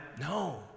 No